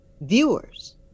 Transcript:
viewers